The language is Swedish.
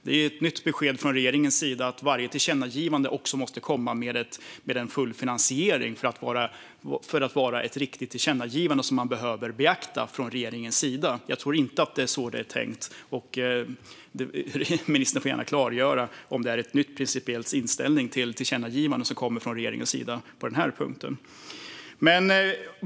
Det är ett nytt besked från regeringens sida att varje tillkännagivande måste komma med full finansiering för att behöva beaktas från regeringens sida. Jag tror inte att det är så det är tänkt. Ministern får gärna klargöra om detta är en ny principiell inställning till tillkännagivanden från regeringens sida på den här punkten.